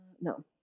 no